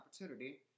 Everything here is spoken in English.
opportunity